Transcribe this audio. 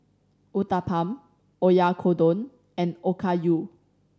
Uthapam Oyakodon and Okayu